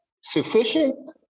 sufficient